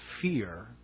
fear